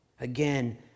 again